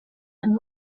and